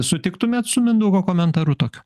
sutiktumėt su mindaugo komentaru tokiu